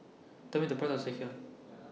Tell Me The Price of Sekihan